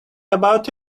about